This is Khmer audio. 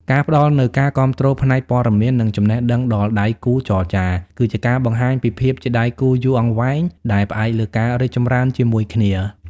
ការផ្តល់នូវការគាំទ្រផ្នែកព័ត៌មាន និងចំណេះដឹងដល់ដៃគូចរចា គឺជាការបង្ហាញពីភាពជាដៃគូយូរអង្វែងដែលផ្អែកលើការរីកចម្រើនជាមួយគ្នា។